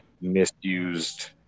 Misused